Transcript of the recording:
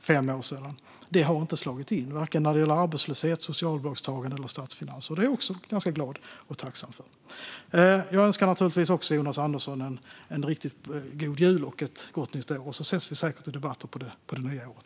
fem år sedan inte har slagit in, oavsett om det gällt arbetslöshet, socialbidragstagande eller statsfinanser. Det är jag också ganska glad och tacksam för. Jag önskar naturligtvis också Jonas Andersson en riktigt god jul och ett gott nytt år. Vi kommer säkert att ses i debatter under det nya året.